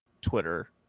Twitter